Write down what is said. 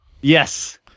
Yes